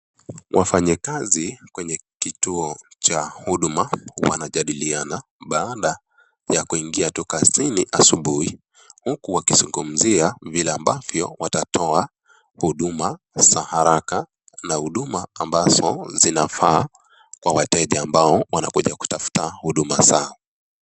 Wafanyikazi kwenye kituo cha huduma wanajadiliana baada ya kuingia tu kazini asubuhi, huku wakizungumzia vile ambavyo watatoa huduma za haraka na huduma ambazo zinafaa kwa wateja ambao wanakuja kutafuta huduma zao.